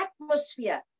atmosphere